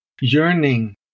yearning